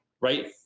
right